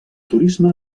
turisme